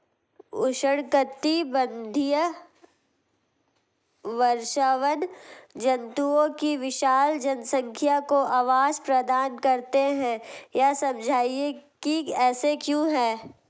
उष्णकटिबंधीय वर्षावन जंतुओं की विशाल जनसंख्या को आवास प्रदान करते हैं यह समझाइए कि ऐसा क्यों है?